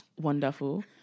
Wonderful